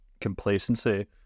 complacency